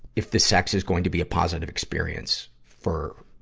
if the sex is going to be a positive experience for,